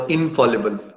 Infallible